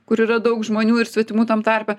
kur yra daug žmonių ir svetimų tam tarpe